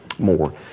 more